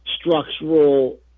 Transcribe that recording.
structural